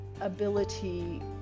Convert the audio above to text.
ability